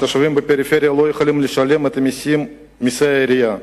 התושבים בפריפריה לא יכולים לשלם את מסי העירייה,